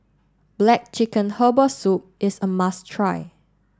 Black Chicken Herbal Soup is a must try